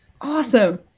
awesome